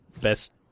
best